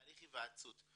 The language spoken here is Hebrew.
בהליך היוועצות.